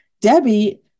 Debbie